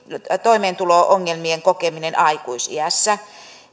toimeentulo ongelmien kokeminen aikuisiässä